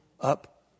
up